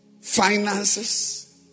finances